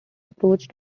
approach